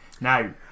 Now